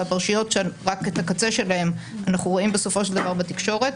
ואת הפרשיות שרק את הקצה שבהן אנחנו רואים בסופו של דבר בתקשורת,